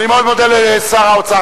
אני מאוד מודה לשר האוצר.